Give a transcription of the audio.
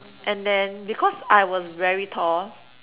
and then because I was very tall